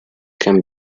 can